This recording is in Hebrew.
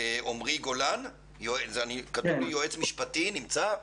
עמרי גולן, יועץ משפטי, נמצא?